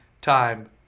time